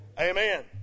Amen